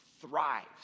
Thrives